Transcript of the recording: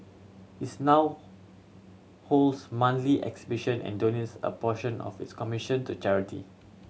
its now holds monthly exhibition and donates a portion of its commission to charity